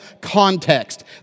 context